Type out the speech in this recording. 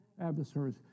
adversaries